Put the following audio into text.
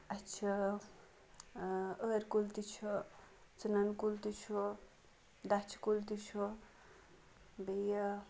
اَسہِ چھِ ٲر کُل تہِ چھُ ژٕنن کُل تہِ چھُ دَچھِ کُل تہِ چھُ بیٚیہِ